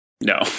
No